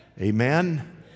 Amen